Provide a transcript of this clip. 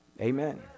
Amen